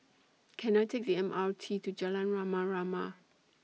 Can I Take The M R T to Jalan Rama Rama